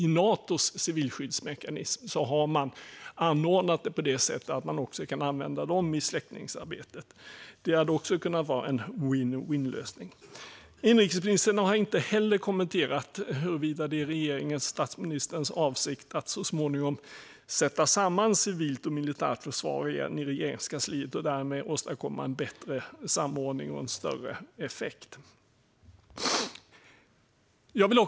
I Natos civilskyddsmekanism har man anordnat det på det sättet att de också kan användas i släckningsarbetet. Det hade också kunnat vara en vinn-vinnlösning. Inrikesministern har inte heller kommenterat huruvida det är regeringens och statsministerns avsikt att så småningom sätta samman civilt och militärt försvar i Regeringskansliet igen och därmed åstadkomma bättre samordning och få större effekt.